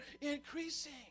increasing